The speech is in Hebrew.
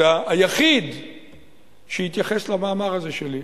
אתה היחיד שהתייחס למאמר הזה שלי.